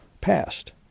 passed